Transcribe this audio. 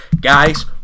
Guys